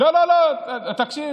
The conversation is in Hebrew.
לא, לא, לא, תקשיב.